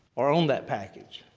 or on that package.